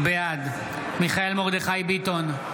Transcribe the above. בעד מיכאל מרדכי ביטון,